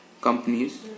companies